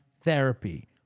Therapy